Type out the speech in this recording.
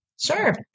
Sure